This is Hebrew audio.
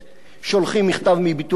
שולחים מכתב מביטוח לאומי,